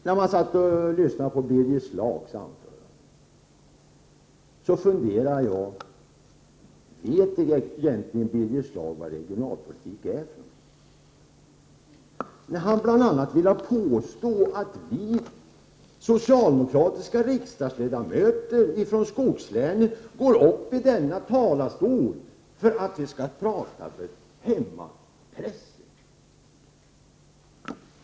När jag lyssnar på Birger Schlaug undrar jag om han egentligen vet vad regionalpolitik är. Han påstår att vi socialdemokratiska riksdagsledamöter från skogslänen går upp i denna talarstol för att tala för hemmapressen.